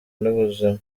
n’ubuzima